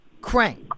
Crank